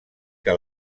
que